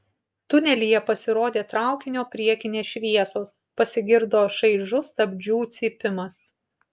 tunelyje pasirodė traukinio priekinės šviesos pasigirdo šaižus stabdžių cypimas